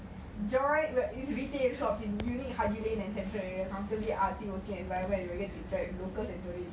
join it's retail shop in unique haji lane and central area hearty arty working environment you get locals and tourists